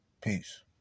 Peace